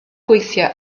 gweithio